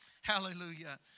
hallelujah